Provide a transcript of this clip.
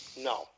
No